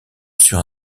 sur